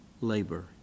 labor